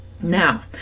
now